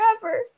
forever